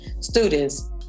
students